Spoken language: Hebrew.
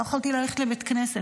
לא יכולתי ללכת לבית כנסת.